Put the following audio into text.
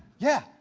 yeah,